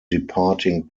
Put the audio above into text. departing